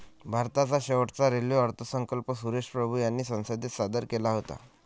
भारताचा शेवटचा रेल्वे अर्थसंकल्प सुरेश प्रभू यांनी संसदेत सादर केला होता